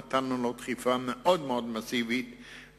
נתנו לו דחיפה מאוד-מאוד מסיבית,